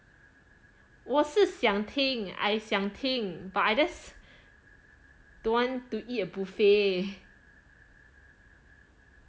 我是想听 I 想听 but I just don't want to eat a buffet